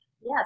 Yes